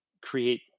create